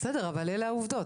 בסדר, אבל אלה העובדות.